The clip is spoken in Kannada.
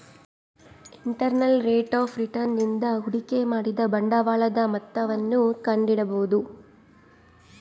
ಇಂಟರ್ನಲ್ ರೇಟ್ ಆಫ್ ರಿಟರ್ನ್ ನಿಂದ ಹೂಡಿಕೆ ಮಾಡಿದ ಬಂಡವಾಳದ ಮೊತ್ತವನ್ನು ಕಂಡಿಡಿಬೊದು